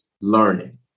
learning